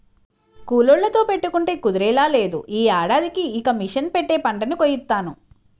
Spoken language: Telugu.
కూలోళ్ళతో పెట్టుకుంటే కుదిరేలా లేదు, యీ ఏడాదికి ఇక మిషన్ పెట్టే పంటని కోయిత్తాను